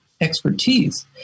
expertise